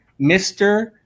Mr